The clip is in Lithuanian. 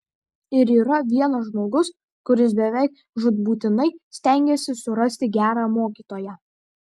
ir yra vienas žmogus kuris beveik žūtbūtinai stengiasi surasti gerą mokytoją